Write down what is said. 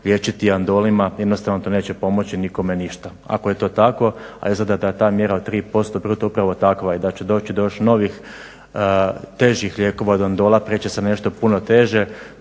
liječiti andolima jednostavno to neće pomoći nikome ništa. Ako je to tako, a izgleda da ta mjera od 3% bruto upravo takva i da će doći do još novih težih lijekova od andola. Prijeći će se na nešto puno teže.